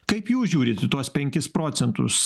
kaip jūs žiūrit į tuos penkis procentus